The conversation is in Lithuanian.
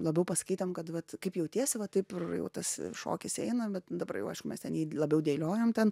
labiau pasakyt ten kad vat kaip jautiesi va taip ir jau tas šokis eina bet dabar jau aišku mes ten jį labiau dėliojam ten